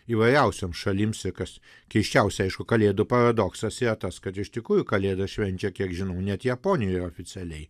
įvairiausiom šalims ir kas keisčiausia aišku kalėdų paradoksas yra tas kad iš tikrųjų kalėdas švenčia kiek žinau net japonijoj oficialiai